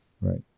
Right